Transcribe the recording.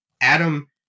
Adam